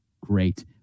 great